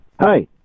Hi